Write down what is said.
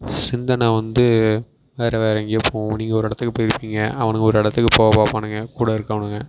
சிந்தனை வந்து வேறு வேறு எங்கேயோ போகும் நீங்கள் ஒரு இடத்துக்கு போயிருப்பிங்க அவனுங்க ஒரு இடத்துக்கு போக பார்ப்பானுங்க கூட இருக்கவனுங்க